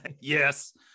Yes